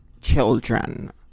children